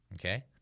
okay